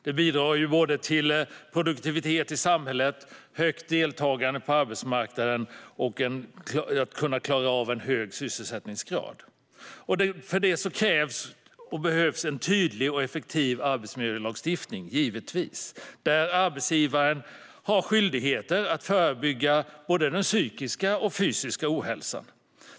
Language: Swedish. Det bidrar såväl till produktivitet i samhället som till högt deltagande på arbetsmarknaden och till att vi kan klara av att ha en hög sysselsättningsgrad. För att uppnå det behövs givetvis en tydlig och effektiv arbetsmiljölagstiftning där arbetsgivaren har skyldigheter att förebygga både den psykiska och fysiska ohälsan.